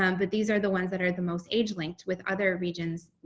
um but these are the ones that are the most age linked with other regions,